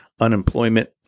Unemployment